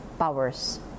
powers